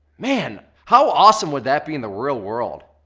man, how awesome would that be and the real world?